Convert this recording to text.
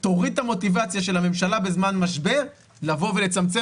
תוריד את המוטיבציה של הממשלה בזמן משבר לבוא ולצמצם